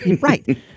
Right